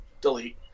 delete